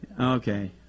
Okay